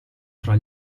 tra